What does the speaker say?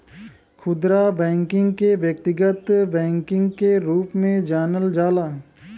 खुदरा बैकिंग के व्यक्तिगत बैकिंग के रूप में जानल जाला